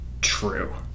True